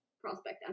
prospect